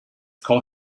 call